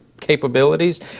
capabilities